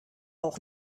auch